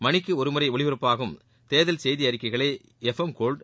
மணிக்கு ஒரு முறை ஒலிபரப்பாகும் தேர்தல் செய்தி அறிக்கைகளை எப்ஃஎம் கோல்டு